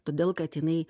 todėl kad jinai